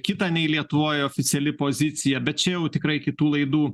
kitą nei lietuvoj oficiali pozicija bet čia jau tikrai kitų laidų